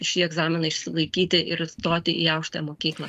šį egzaminą išsilaikyti ir stoti į aukštąją mokyklą